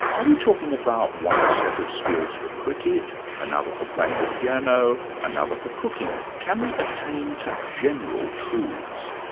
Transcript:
are we talking about one set of skills for cricket, another for playing the piano, another for cooking. can we attain to general truths?